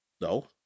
No